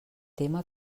tema